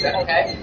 okay